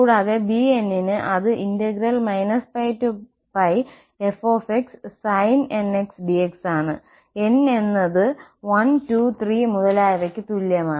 കൂടാതെ bn ന് അത് πf sin nx dx ആണ് n എന്നത് 1 2 3 മുതലായവയ്ക്ക് തുല്യമാണ്